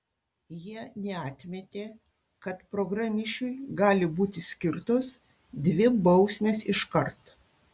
jie neatmetė kad programišiui gali būti skirtos dvi bausmės iškart